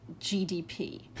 GDP